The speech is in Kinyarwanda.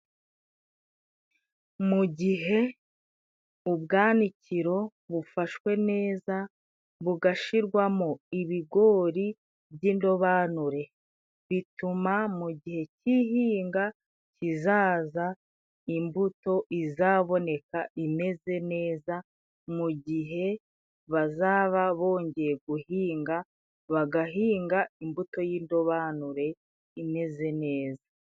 Mu gihe ubwanikiro bufashwe neza bugashirwamo ibigori by'indobanure, bituma mu gihe cy'ihinga kizaza imbuto izaboneka imeze neza ,mu gihe bazaba bongeye guhinga bagahinga imbuto y'indobanure imeze neza.